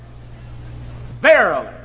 verily